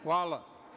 Hvala.